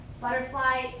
butterfly